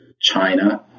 China